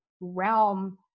realm